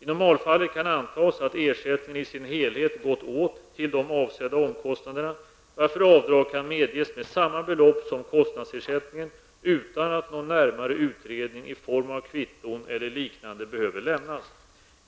I normalfallet kan antas att ersättningen i sin helhet gått åt till de avsedda omkostnaderna, varför avdrag kan medges med samma belopp som kostnadsersättningen utan att någon närmare utredning i form av kvitton eller liknande behöver lämnas.